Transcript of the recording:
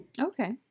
Okay